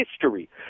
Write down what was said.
history